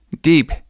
deep